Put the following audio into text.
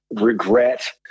regret